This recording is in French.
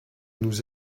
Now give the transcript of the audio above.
nous